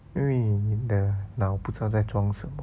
因为你的脑不知道在装什么